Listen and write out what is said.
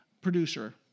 producer